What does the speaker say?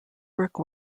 brick